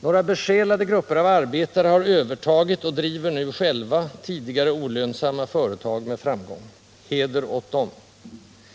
Några besjälade grupper av arbetare har övertagit och driver nu själva tidigare olönsamma företag med framgång. Heder år dem!